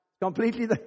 Completely